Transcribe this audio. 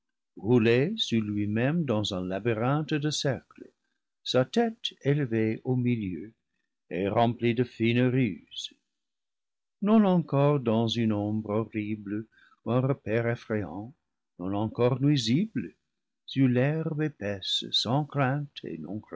roulé sur lui-même dans un labyrinthe de cercles sa tête élevée au milieu et remplie de fines ruses non encore dans une ombre horrible ou un repaire effrayant non encore nuisible sur l'herbe épaisse sans crainte et